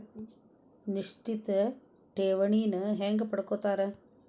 ನಿಶ್ಚಿತ್ ಠೇವಣಿನ ಹೆಂಗ ಪಡ್ಕೋತಾರ